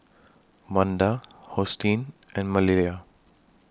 Manda Hosteen and Maleah